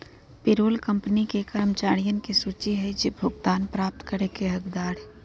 payroll company के कर्मचारियन के सूची हई जो भुगतान प्राप्त करे के हकदार हई